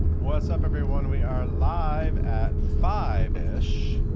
what's up everyone, we are live at five-ish,